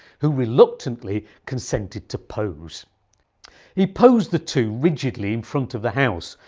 who reluctantly consented to pose he posed the two rigidly in front of the house,